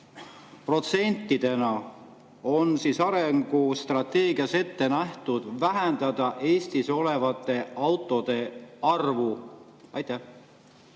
protsentidena on arengustrateegias ette nähtud vähendada Eestis olevate autode arvu. Aitäh,